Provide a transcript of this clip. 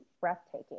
breathtaking